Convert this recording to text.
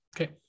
Okay